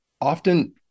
often